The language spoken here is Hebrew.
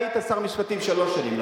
אתה היית שר המשפטים שלוש שנים,